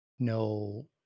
No